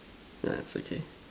nah it's okay